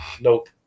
Nope